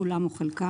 כולם או חלקם,